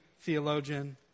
theologian